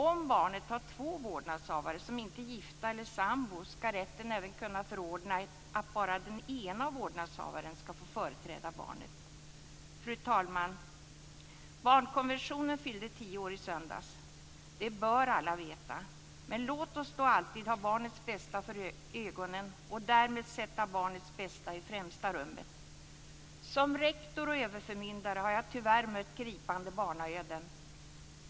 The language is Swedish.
Om barnet har två vårdnadshavare som inte är gifta eller sambor ska rätten även kunna förordna att bara den ene vårdnadshavaren ska få företräda barnet. Fru talman! Barnkonventionen fyllde tio år i söndags; det bör alla veta. Låt oss alltid ha barnets bästa för ögonen och därmed sätta barnets bästa i främsta rummet! Som rektor och överförmyndare har jag, tyvärr, mött gripande barnaöden.